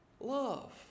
love